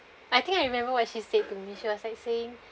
I think I remember was she said to me she was like saying